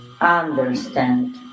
understand